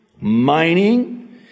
Mining